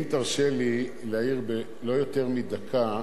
אם תרשה לי להעיר, לא יותר מדקה,